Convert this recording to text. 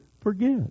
forget